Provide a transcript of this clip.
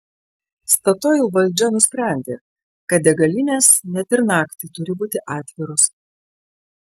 statoil valdžia nusprendė kad degalinės net ir naktį turi būti atviros